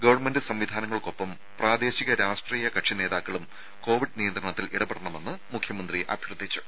government സംവിധാനങ്ങൾക്കൊപ്പം പ്രാദേശിക രാഷ്ട്രീയ കക്ഷി നേതാക്കളും കോവിഡ് നിയന്ത്രണത്തിൽ ഇടപെടണമെന്ന് മുഖ്യമന്ത്രി നിർദേശിച്ചു